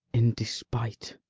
in despite,